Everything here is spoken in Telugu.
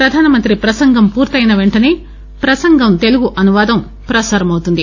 ప్రధానమంత్రి ప్రసంగం పూర్తయిన వెంటసే ప్రసంగం తెలుగు అనువాదం ప్రసారమవుతుంది